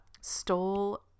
stole